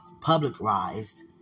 publicized